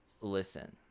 listen